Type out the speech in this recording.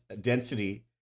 density